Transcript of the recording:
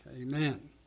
Amen